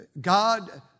God